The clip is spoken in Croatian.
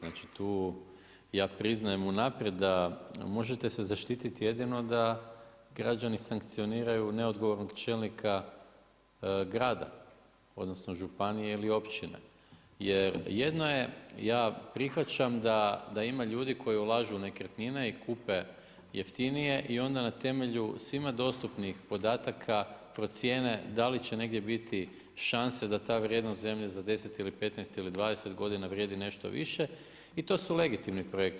Znači tu ja priznajem unaprijed da možete se zaštititi jedino da građani sankcioniraju neodgovornog čelnika grada, odnosno županije ili općine jer jedno je, ja prihvaćam da ima ljudi koji ulažu u nekretnine i kupe jeftinije i onda na temelju svima dostupnih podataka procijene da li će negdje biti šanse da ta vrijednost zemlje za 10 ili 15 ili 20 godina vrijedi nešto više i to su legitimni projekti.